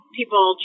people